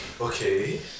Okay